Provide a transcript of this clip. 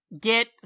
get